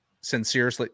sincerely